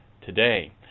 today